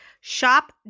Shop